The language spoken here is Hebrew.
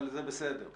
אבל בסדר.